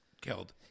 killed